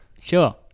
Sure